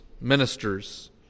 ministers